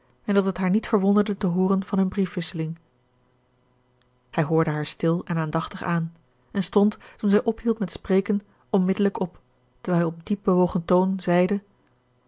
en dat het haar niet verwonderde te hooren van hunne briefwisseling hij hoorde haar stil en aandachtig aan en stond toen zij ophield met spreken onmiddellijk op terwijl hij op diepbewogen toon zeide